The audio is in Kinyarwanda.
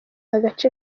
agace